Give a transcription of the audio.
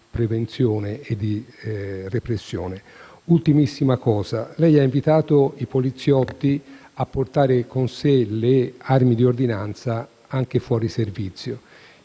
prevenzione e repressione? Infine, lei ha invitato i poliziotti a portare con sé le armi di ordinanza anche fuori servizio.